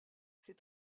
ses